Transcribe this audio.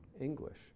English